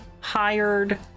hired